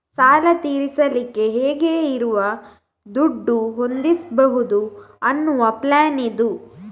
ಸಾಲ ತೀರಿಸಲಿಕ್ಕೆ ಹೇಗೆ ಇರುವ ದುಡ್ಡು ಹೊಂದಿಸ್ಬಹುದು ಅನ್ನುವ ಪ್ಲಾನ್ ಇದು